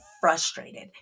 frustrated